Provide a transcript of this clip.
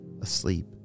asleep